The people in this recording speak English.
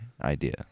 idea